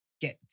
get